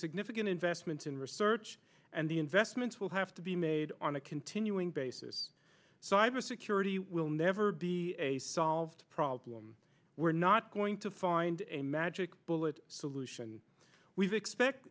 significant investments in research and the investments will have to be made on a continuing basis so i have a security will never be a solved problem we're not going to find a magic bullet solution we've expect